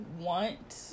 want